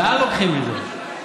לאן לוקחים את זה?